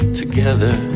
together